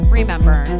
remember